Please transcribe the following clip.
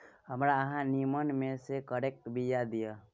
हमरा अहाँ नीमन में से करैलाक बीया दिय?